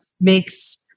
makes